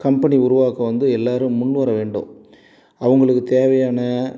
company உருவாக்க வந்து எல்லாரும் முன்வர வேண்டும் அவங்களுக்கு தேவையான